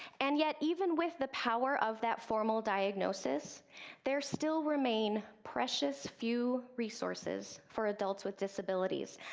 and yet even with the power of that formal diagnosis there still remain precious few resources for adults with disabilities,